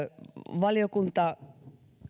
valiokunta